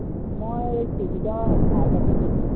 মই সুজিতৰ আইতাকে কৈছোঁ